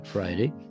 Friday